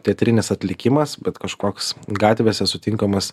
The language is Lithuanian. teatrinis atlikimas bet kažkoks gatvėse sutinkamas